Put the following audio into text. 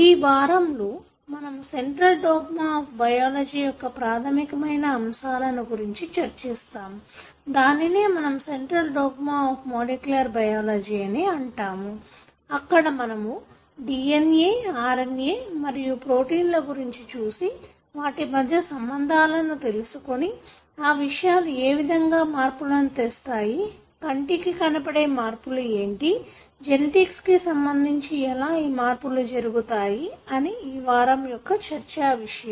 ఈ వారం లో మనము సెంట్రల్ డాగ్మా అఫ్ బయాలజీ యొక్క ప్రాధమికమైన అంశాలను గురించి చర్చిస్తాము దానినే మనము central dogma of molecular biology అని అంటాము అక్కడ మనము DNA RNA మరియు ప్రోటీన్ల గురించి చూసి వాటి మధ్య సంబంధాలను తెలుసుకుని ఆ విషయాలు ఏ విధంగా మార్పులను తెస్తాయి కంటికి కనపడే మార్పులు ఏంటి జెనెటిక్ కు సంబంధించి ఎలా ఈ మార్పులు జరుగుతాయి అనేది ఈ వారం యొక్క చర్చా విషయం